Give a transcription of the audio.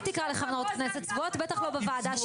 אל תקרא לחברות כנסת צבועות, בטח לא בוועדה שלי.